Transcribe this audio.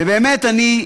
ובאמת, אני,